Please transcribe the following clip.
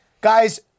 Guys